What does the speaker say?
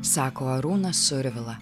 sako arūnas survila